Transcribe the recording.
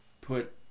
put